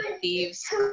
thieves